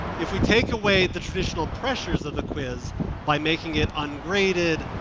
if we take away the traditional pressures of the quiz by making it ungraded,